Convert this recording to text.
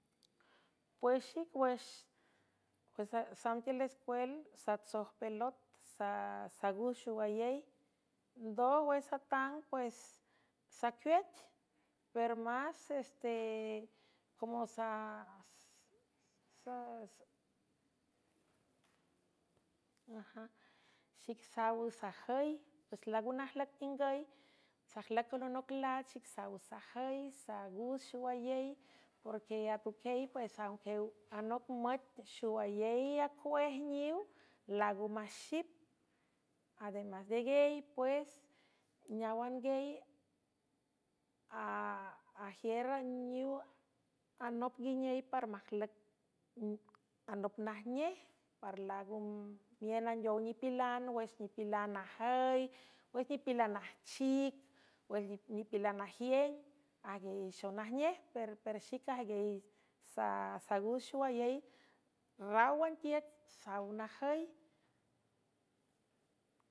Pues xic wüx xsamb tiül espuel satsoj pelot sasaguz xoayey ndoj wex satang pues sacuec per más coo ic sawsjü pues laga najlüc ningüy sajlüc alonoc laach xic saw sajüi saaguz xowayey porque atuquey pues angew anoc müc xowayey acuéj niw laga maxip ademas neguey pues neáwangiey ajiür iw anop nguiney par canop najnej par lagu mien andeow nipilan wüx nipilan najüy wüx nipilan najchic wüx nipilan najieng ajguiayxonajnej per xic ajgiey sasaguz xoayey ráwan tiüc saw najüy.